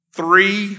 three